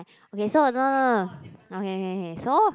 okay so no no no no no okay okay okay so